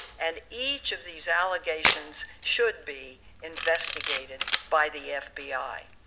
and each of these allegations should be investigated by the fbi.